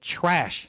trash